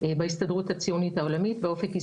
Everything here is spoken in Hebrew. בהסתדרות הציונית העולמית, באופק ישראלי.